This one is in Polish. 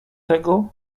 tego